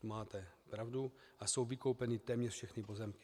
Máte pravdu, jsou vykoupeny téměř všechny pozemky.